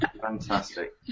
fantastic